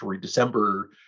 December